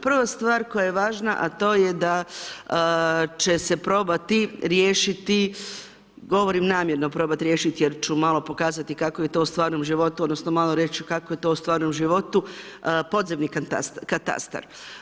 Prva stvar koja je važna, a to je da će se probati riješiti, govorim namjerno probati riješiti jer ću malo pokazati kako je to u stvarnom životu odnosno malo reći kako je to u stvarnom životu, podzemni katastar.